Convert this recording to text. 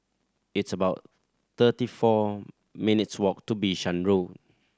it's about thirty four minutes' walk to Bishan Road